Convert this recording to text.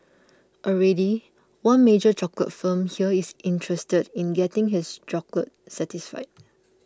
already one major chocolate firm here is interested in getting its chocolates certified